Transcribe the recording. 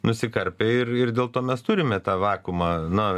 nusikarpė ir ir dėl to mes turime tą vakuumą na